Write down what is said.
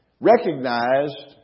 recognized